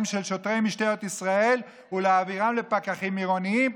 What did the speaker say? של שוטרי משטרת ישראל ולהעבירה לפקחים עירוניים,